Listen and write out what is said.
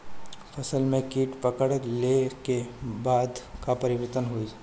फसल में कीट पकड़ ले के बाद का परिवर्तन होई?